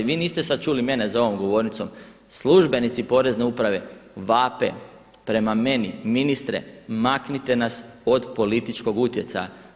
I vi niste sada čuli mene za ovom govornicom, službenici porezne uprave vape prema meni, ministre maknite nas od političkog utjecaja.